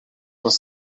les